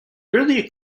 early